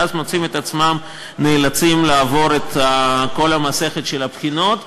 ואז מוצאים את עצמם נאלצים לעבור את כל המסכת של הבחינות,